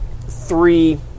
three